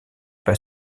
pas